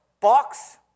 box